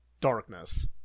darkness